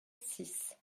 six